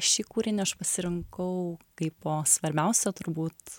šį kūrinį aš pasirinkau kaipo svarbiausią turbūt